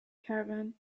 caravan